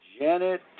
Janet